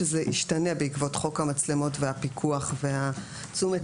שזה ישתנה בעקבות חוק המצלמות והפיקוח ותשומת